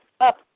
up